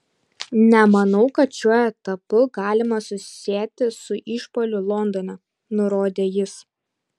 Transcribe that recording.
nemanau kad šiuo etapu galima susieti su išpuoliu londone nurodė jis